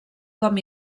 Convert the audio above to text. com